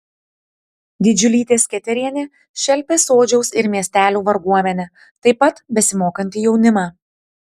didžiulytė sketerienė šelpė sodžiaus ir miestelių varguomenę taip pat besimokantį jaunimą